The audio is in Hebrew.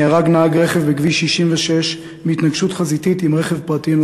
נהרג נהג רכב בכביש 66 בהתנגשות חזיתית עם רכב פרטי.